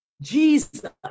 Jesus